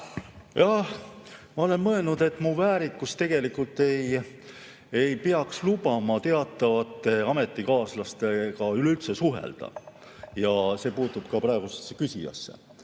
Jah, ma olen mõelnud, et mu väärikus tegelikult ei peaks lubama teatavate ametikaaslastega üleüldse suhelda, ja see puutub ka praegusesse küsijasse.